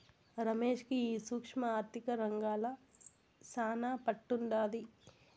రమేష్ కి ఈ సూక్ష్మ ఆర్థిక రంగంల శానా పట్టుండాది